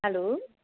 hello